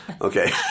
Okay